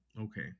Okay